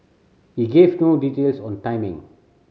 he gave no details on timing